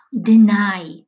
Deny